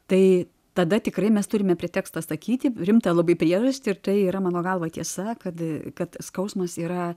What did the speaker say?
tai tada tikrai mes turime pretekstą sakyti rimtą labai priežastį ir tai yra mano galva tiesa kad kad skausmas yra